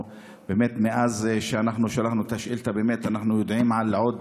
מאז ששאלנו את השאילתה אנחנו יודעים על עוד